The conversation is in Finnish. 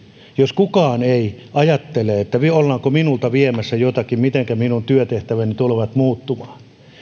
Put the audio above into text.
jos kukaan ei ajattele että ollaanko minulta viemässä jotakin mitenkä minun työtehtäväni tulevat muuttumaan